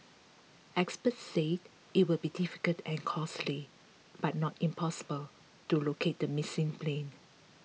experts say it will be difficult and costly but not impossible to locate the missing plane